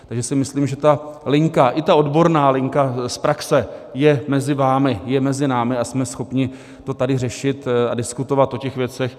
Takže si myslím, že ta linka, i ta odborná linka z praxe je mezi vámi, je mezi námi a jsme schopni to tady řešit a diskutovat o těch věcech.